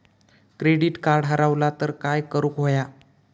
Credit card हरवला तर काय करुक होया?